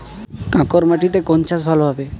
কাঁকর মাটিতে কোন চাষ ভালো হবে?